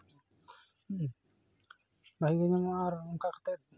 ᱦᱩᱸ ᱵᱷᱟᱹᱜᱤ ᱜᱮ ᱧᱟᱢᱚᱜᱼᱟ ᱟᱨ ᱚᱱᱠᱟ ᱠᱟᱛᱮ ᱟᱨᱚ ᱱᱟᱱᱟᱦᱩᱱᱟᱹᱨ